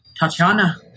Tatiana